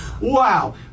Wow